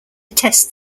test